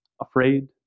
afraid